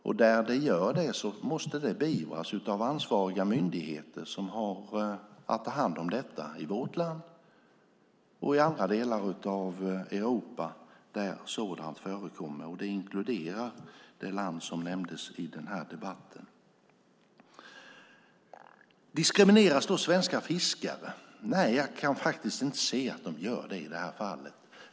Där tjuvfiske existerar måste det beivras av ansvariga myndigheter som har att ta hand om detta - i vårt land och i andra delar av Europa där sådant förekommer. Det inkluderar det land som nämndes i debatten. Diskrimineras svenska fiskare? Nej, jag kan inte se att de gör det i detta fall.